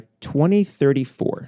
2034